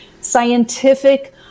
scientific